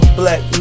black